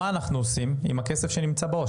מה אנחנו עושים עם הכסף שנמצא בעו"ש?